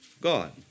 God